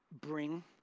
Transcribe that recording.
bring